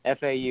FAU